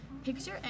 Picture